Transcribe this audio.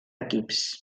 equips